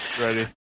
Ready